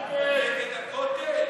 בבקשה.